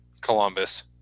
Columbus